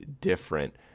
different